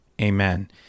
Amen